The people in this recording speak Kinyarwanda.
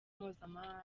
mpuzamahanga